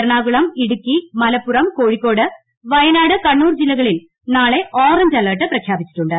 എറണാകുളം ഇടുക്കി മലപ്പുറം കോഴിക്കോട് വയനാട് കണ്ണൂർ ജില്ലകളിൽ നാളെ orange alert പ്രഖ്യാപിച്ചിട്ടുണ്ട്